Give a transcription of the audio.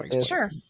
sure